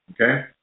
Okay